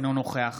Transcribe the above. אינו נוכח